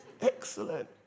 Excellent